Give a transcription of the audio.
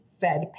Fed